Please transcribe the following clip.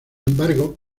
embargo